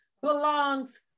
belongs